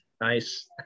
Nice